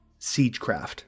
Siegecraft